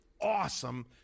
awesome